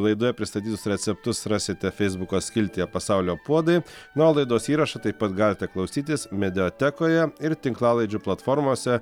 laidoje pristatytus receptus rasite feisbuko skiltyje pasaulio puodai na o laidos įrašą taip pat galite klausytis mediatekoje ir tinklalaidžių platformose